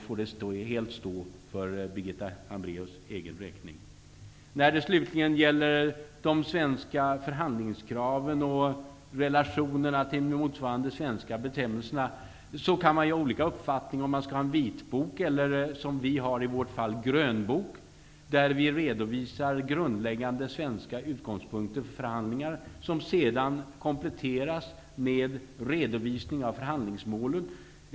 Men det får helt stå för När det slutligen gäller de svenska förhandlingskraven och relationerna till motsvarande svenska bestämmelser kan man ha olika uppfattning om huruvida det skall vara en vitbok eller, som vi har, en grönbok. I denna redovisar vi grundläggande svenska utgångspunkter för förhandlingar som sedan kompletteras med en redovisning av förhandlingsmålen.